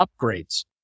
upgrades